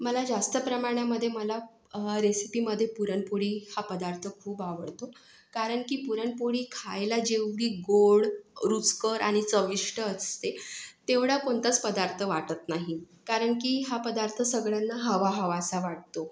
मला जास्त प्रमाणामध्ये मला रेसिपीमध्ये पुरणपोळी हा पदार्थ खूप आवडतो कारण की पुरणपोळी खायला जेवढी गोड रुचकर आणि चविष्ट असते तेवढा कोणताच पदार्थ वाटत नाही कारण की हा पदार्थ सगळ्यांना हवाहवासा वाटतो